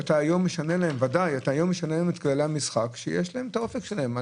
אתה היום משנה להן את כללי המשחק ויש להן את האופק שלהן.